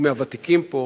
הוא מהוותיקים פה: